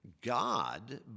God